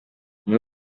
umwe